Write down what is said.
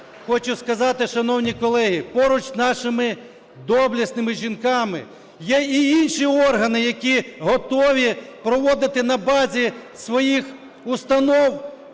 хочу сказати, шановні колеги, поруч з нашими доблесними жінками є інші органи, які готові проводити на базі своїх установ